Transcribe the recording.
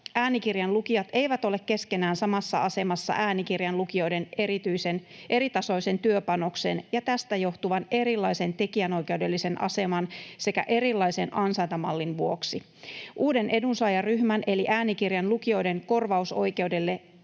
äänikirjan lukijat eivät ole keskenään samassa asemassa äänikirjan lukijoiden eritasoisen työpanoksen ja tästä johtuvan erilaisen tekijänoikeudellisen aseman sekä erilaisen ansaintamallin vuoksi. Uuden edunsaajaryhmän eli äänikirjan lukioiden korvausoikeudelle